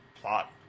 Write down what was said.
plot